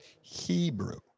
Hebrew